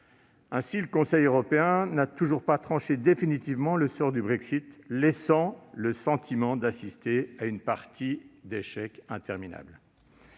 Ainsi, le Conseil européen n'a toujours pas tranché définitivement le sort du Brexit ; nous avons le sentiment d'assister à une partie d'échecs interminable.